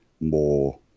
more